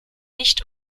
nicht